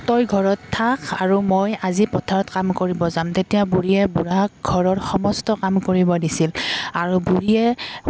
তই ঘৰত থাক আৰু মই আজি পথাৰত কাম কৰিব যাম তেতিয়া বুঢ়ীয়ে বুঢ়াৰ ঘৰৰ সমস্ত কাম কৰিব দিছিল আৰু বুঢ়ীয়ে